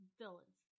villains